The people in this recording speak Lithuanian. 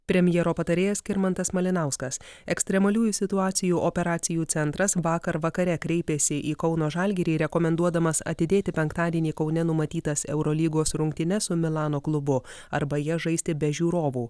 premjero patarėjas skirmantas malinauskas ekstremaliųjų situacijų operacijų centras vakar vakare kreipėsi į kauno žalgirį rekomenduodamas atidėti penktadienį kaune numatytas eurolygos rungtynes su milano klubu arba jas žaisti be žiūrovų